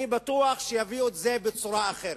אבל אני בטוח שיביאו את זה בצורה אחרת.